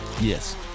Yes